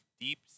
deep